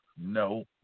No